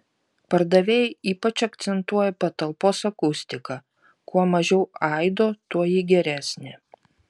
pardavėjai ypač akcentuoja patalpos akustiką kuo mažiau aido tuo ji geresnė